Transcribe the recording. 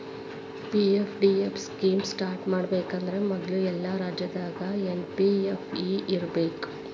PFDF scheme start ಮಾಡಬೇಕಂದ್ರ ಮೊದ್ಲು ಎಲ್ಲಾ ರಾಜ್ಯದಾಗು ಎಸ್.ಪಿ.ಎಫ್.ಇ ಇರ್ಬೇಕು